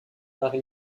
par